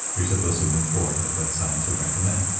you're supposed to move forward with what science would recommend.